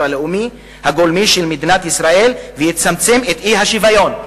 הלאומי הגולמי של מדינת ישראל ויצמצם את האי-שוויון.